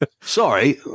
Sorry